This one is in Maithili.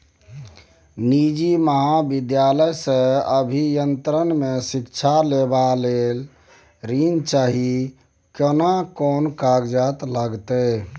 निजी महाविद्यालय से अभियंत्रण मे शिक्षा लेबा ले ऋण चाही केना कोन कागजात लागतै?